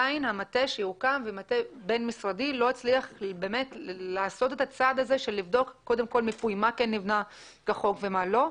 המטה הבין-משרדי שהוקם לא הצליח לעשות את הבדיקה מה נבנה כחוק ומה לא,